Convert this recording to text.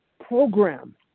program